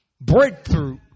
breakthrough